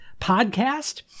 podcast